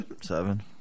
Seven